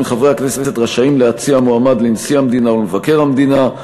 מחברי הכנסת רשאים להציע מועמד לנשיא המדינה ולמבקר המדינה,